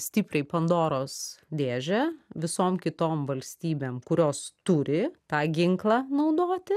stipriai pandoros dėžę visom kitom valstybėm kurios turi tą ginklą naudoti